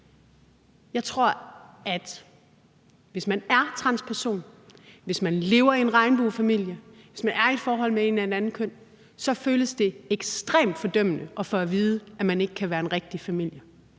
jeg tror, at det, hvis man er transperson, hvis man lever i en regnbuefamilie, hvis man er i et forhold med en af det samme køn, føles ekstremt fordømmende at få at vide, at man ikke kan være en rigtig familie.